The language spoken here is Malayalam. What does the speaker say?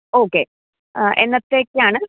ഓക്കെ ആ എന്നെത്തേക്കാണ്